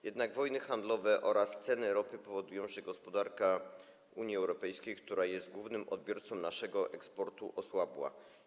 Jednak wojny handlowe oraz ceny ropy powodują, że gospodarka Unii Europejskiej, która jest głównym odbiorcą naszego eksportu, osłabła.